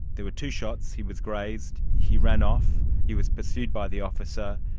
there were two shots, he was grazed, he ran off, he was pursued by the officer.